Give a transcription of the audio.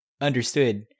understood